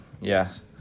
Yes